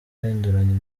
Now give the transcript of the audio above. uhinduranya